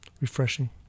refreshing